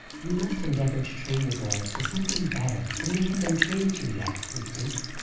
you must endeavour to train the girls to something better than they have been trained to yet, constance.